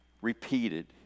repeated